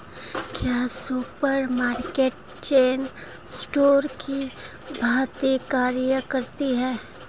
क्या supermarket chain store की भांति कार्य करते हैं?